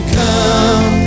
come